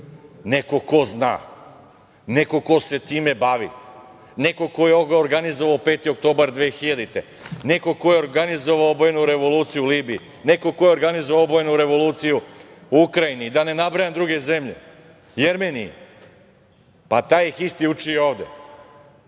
Neko ko zna, ko se time bavi, ko je ovde organizovao 5. oktobar 2000. godine, neko ko je organizovao Obojenu revoluciju u Libiji, neko ko je organizovao Obojenu revoluciju u Ukrajini, da ne nabrajam druge zemlje, Jermeniji. Pa taj isti ih uči i